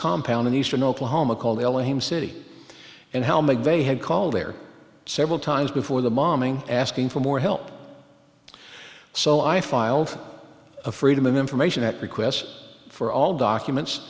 compound in eastern oklahoma called elohim city and hell mcveigh had called there several times before the bombing asking for more help so i filed a freedom of information act requests for all documents